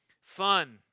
fun